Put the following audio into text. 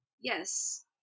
yes